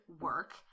work